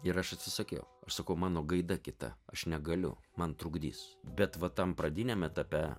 ir aš atsisakiau aš sakau mano gaida kita aš negaliu man trukdys bet va tam pradiniam etape